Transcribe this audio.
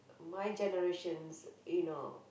my generations you know